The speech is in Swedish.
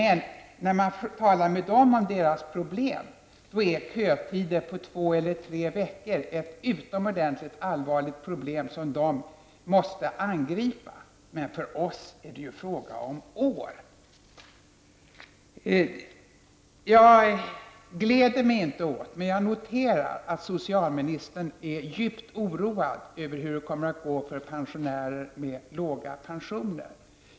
Men när man talar med människor i dessa länder om deras problem så är kötider på två eller tre veckor ett utomordentligt allvarligt problem som de måste angripa. Men för oss är det fråga om år. Jag gläder mig inte åt, men jag noterar, att socialministern är djupt oroad över hur det kommer att gå för pensionärer med låga pensioner.